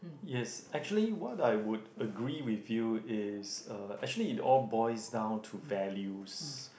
yes actually what I would agree with you is uh actually it all boils down to values